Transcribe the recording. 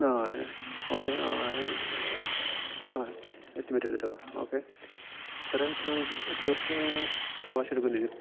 okay estimate എടുത്തിട്ടോ okay സാറെ എത്ര ദിവസം എത്ര ദിവസത്തെ സാവകാശം എടുക്കേണ്ടി വരും